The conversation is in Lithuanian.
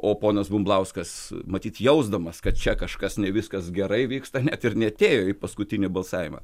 o ponas bumblauskas matyt jausdamas kad čia kažkas ne viskas gerai vyksta net ir neatėjo į paskutinį balsavimą